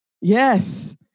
Yes